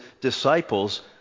disciples